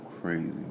crazy